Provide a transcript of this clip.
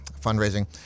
fundraising